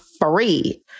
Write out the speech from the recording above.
free